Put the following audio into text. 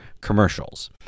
commercials